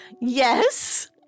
Yes